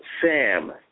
Sam